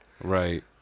right